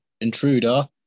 Intruder